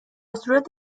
صورت